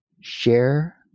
share